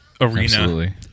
arena